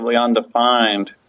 undefined